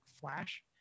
Flash